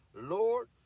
Lord